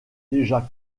déjà